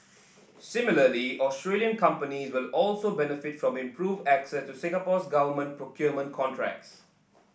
similarly Australian companies will also benefit from improved access to Singapore's government procurement contracts